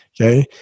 Okay